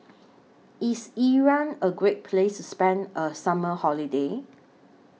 IS Iran A Great Place to spend A Summer Holiday